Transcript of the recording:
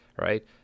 right